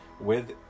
with